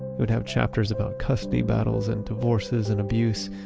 it would have chapters about custody battles and divorces and abuse.